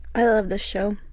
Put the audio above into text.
i love this show.